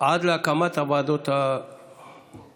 עד להקמת הוועדות הקבועות.